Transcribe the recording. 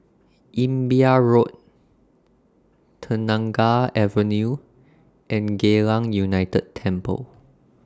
Imbiah Road Kenanga Avenue and Geylang United Temple